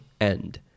end